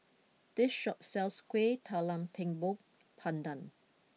this shop sells Kueh Talam Tepong Pandan